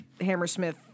hammersmith